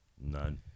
None